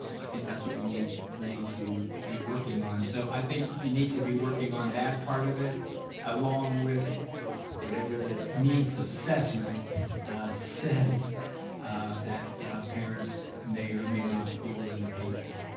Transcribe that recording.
um i think that's what we need we need to be working on. so i think you need to be working on that part of it along with whatever the needs assessment says that parents may or may not be willing to pay for.